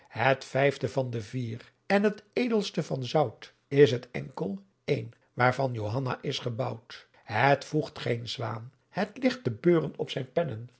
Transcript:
het vijfde van de vier en t edelste van zout is t enkel één waarvan johanna is gebouwt het voegt geen swaan het ligt te beuren op zijn pennen